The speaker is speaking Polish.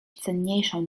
cenniejszą